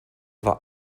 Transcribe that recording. war